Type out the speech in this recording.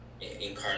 incarnate